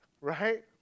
right